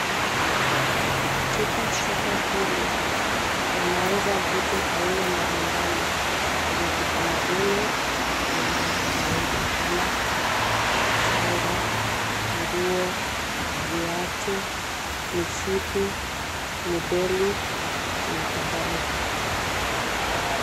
Katika soko hili, wanauza vitu aina mbali mbali vya kitamaduni na vya kawaida kama: shanga, nguo, viatu, mishipi, midoli na kadhalika.